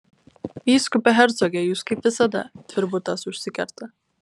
vyskupe hercoge jūs kaip visada tvirbutas užsikerta